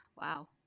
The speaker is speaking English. wow